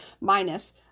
minus